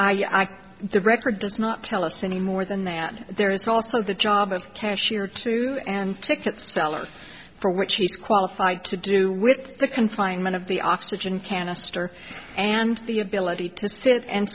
i the record does not tell us any more than that there is also the job of cashier to and ticket seller for which he's qualified to do with the confinement of the oxygen canister and the ability to sit and